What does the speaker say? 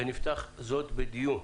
ונפתח בדיון.